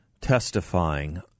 testifying